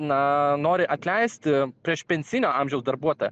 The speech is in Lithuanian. na nori atleisti priešpensijinio amžiaus darbuotoją